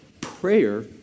prayer